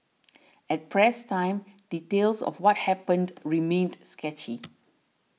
at press time details of what happened remained sketchy